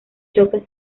choques